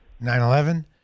9-11